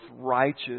righteous